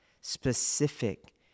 specific